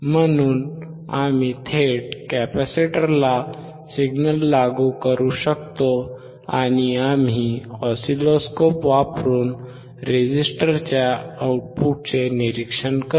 म्हणून आम्ही थेट कॅपेसिटरला सिग्नल लागू करू शकतो आणि आम्ही ऑसिलोस्कोप वापरून रेझिस्टरच्या आउटपुटचे निरीक्षण करू